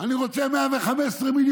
אני רוצה 115 מיליון,